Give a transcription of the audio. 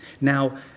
Now